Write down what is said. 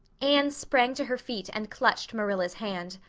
anne sprang to her feet and clutched marilla's hand.